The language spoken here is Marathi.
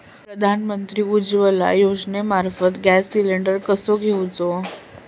प्रधानमंत्री उज्वला योजनेमार्फत गॅस सिलिंडर कसो घेऊचो?